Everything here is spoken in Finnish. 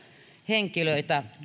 henkilöitä